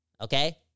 okay